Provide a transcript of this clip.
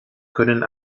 können